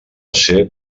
ser